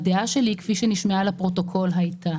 הדעה שלי כפי שנשמעה לפרוטוקול הייתה